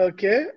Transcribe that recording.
Okay